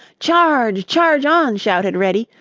charge, charge on! shouted reddy,